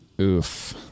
Oof